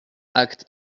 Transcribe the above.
acte